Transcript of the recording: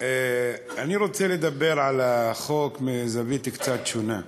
אני רוצה לדבר על החוק מזווית קצת שונה,